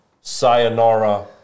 sayonara